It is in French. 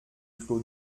clos